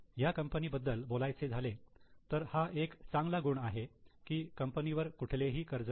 या कंपनी बद्दल बोलायचे झाले तर हा एक चांगला गुण आहे की कंपनीवर कुठलेही कर्ज नाही